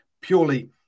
purely